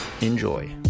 Enjoy